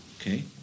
Okay